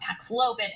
Paxlovid